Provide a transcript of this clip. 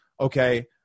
okay